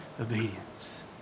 obedience